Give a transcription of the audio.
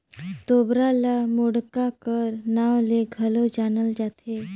तोबरा ल मुड़क्का कर नाव ले घलो जानल जाथे